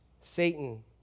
Satan